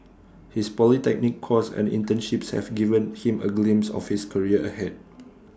his polytechnic course and internships have given him A glimpse of his career ahead